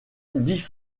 dix